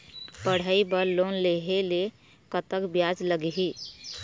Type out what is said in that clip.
पढ़ई बर लोन लेहे ले कतक ब्याज लगही?